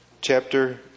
chapter